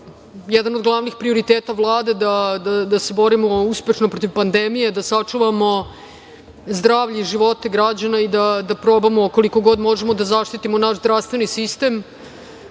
jedan od glavnih prioriteta Vlade, da se uspešno borimo protiv pandemije, da sačuvamo zdravlje i živote građana i da probamo, koliko god možemo, da zaštitimo naš zdravstveni sistem. Ono